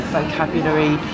vocabulary